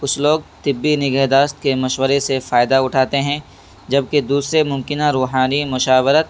کچھ لوگ طبعی نگہداشت کے مشورے سے فائدہ اٹھاتے ہیں جب کہ دوسرے ممکنہ روحانی مشاورت